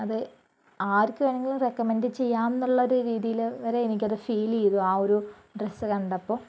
അത് ആർക്ക് വേണമെങ്കിലും റെക്കമെൻഡ് ചെയ്യാം എന്നുള്ള ഒരു രീതിയില് വരെ എനിക്ക് അത് ഫീൽ ചെയ്തു ആ ഒരു ഡ്രസ്സ് കണ്ടപ്പോൾ